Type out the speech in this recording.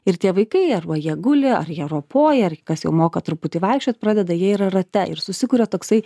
ir tie vaikai arba jie guli ar jie ropoja ar kas jau moka truputį vaikščiot pradeda jie ir rate ir susikuria toksai